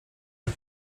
jak